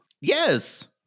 Yes